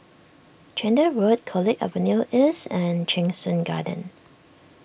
Chander Road College Avenue East and Cheng Soon Garden